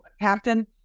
captain